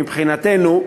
מבחינתנו,